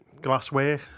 glassware